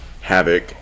havoc